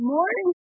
Morning